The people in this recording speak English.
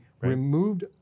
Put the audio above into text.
removed